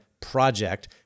project